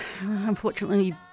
unfortunately